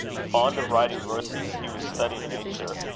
fond of writing verses, he was studying nature,